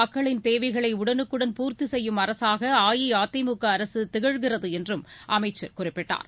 மக்களின் தேவைகளை உடனுக்குடன் பூர்த்தி செய்யும் அரசாக அஇஅதிமுக அரசு திகழ்கிறது என்றும் அமைச்சர் குறிப்பிட்டார்